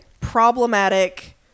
problematic